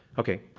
okay,